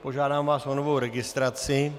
Požádám vás o novou registraci.